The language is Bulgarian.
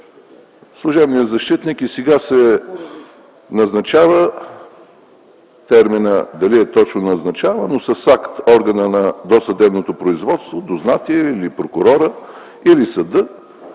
Служебният защитник и сега се назначава – терминът дали е точно „назначава”, но с акт органът на досъдебното производство, дознателят или прокурорът, или съдът,